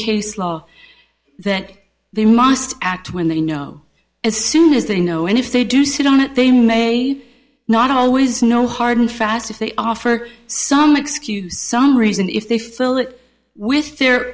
case law that they must act when they know as soon as they know and if they do sit on it they may not always know hard and fast if they offer some excuse some reason if they fill it with the